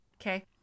Okay